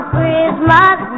Christmas